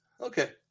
okay